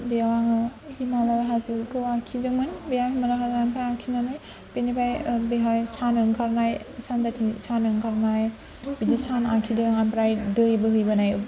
बेयाव आङो हिमालय हाजोखौ आखिदोंमोन बेयाव हिमालय हाजोखौ आखिनानै बेनिफ्राय बेहाय सान ओंखारनाय सानजाथिं सान ओंखारनाय बिदि सान ओंखारनाय आखिदों ओमफ्राय दै बोहैबोनाय